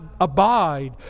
abide